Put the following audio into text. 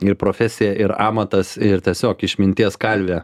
ir profesija ir amatas ir tiesiog išminties kalvė